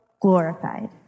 glorified